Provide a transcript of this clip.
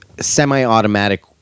semi-automatic